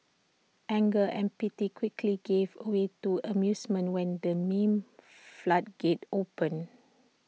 anger and pity quickly gave away to amusement when the meme floodgates opened